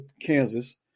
Kansas